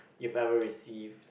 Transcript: you've ever received